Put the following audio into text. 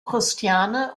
christiane